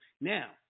Now